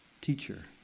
teacher